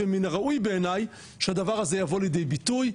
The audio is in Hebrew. ומן הראוי בעיני שהדבר הזה יבוא לידי ביטוי,